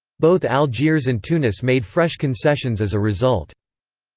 both algiers and tunis made fresh concessions as a result.